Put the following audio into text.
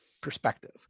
perspective